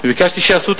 וביקשתי שיעשו את